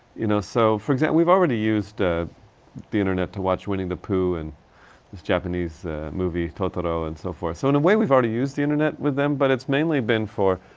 you know so, for example we've already used ah the internet to watch winnie the pooh and this japanese ah movie totoro and so forth. so in a way we've already used the internet with them, but it's mainly been for.